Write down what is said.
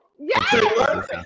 Yes